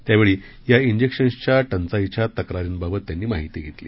त्यावेळी या इंजेक्शन्सच्या टंचाईच्या तक्रारींबाबत त्यांनी माहिती घेतली